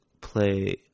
play